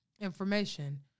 information